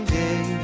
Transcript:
day